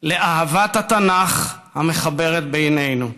לאהבת התנ"ך המחברת בינינו.